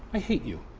i hate you.